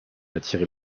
attirer